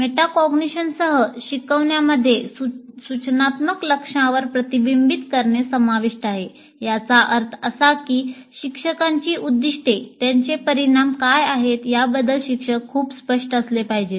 मेटाकॉग्निशनसह शिकवण्यामध्ये सूचनात्मक लक्ष्यांवर प्रतिबिंबित करणे समाविष्ट आहे याचा अर्थ असा की शिक्षकाची उद्दीष्टे त्याचे परिणाम काय आहेत याबद्दल शिक्षक खूप स्पष्ट असले पाहिजेत